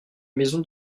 maison